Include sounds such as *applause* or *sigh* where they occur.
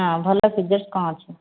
ହଁ ଭଲ *unintelligible* କ'ଣ ଅଛି